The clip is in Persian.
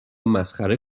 مسخره